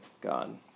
God